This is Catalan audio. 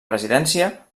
presidència